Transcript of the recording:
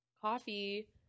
coffee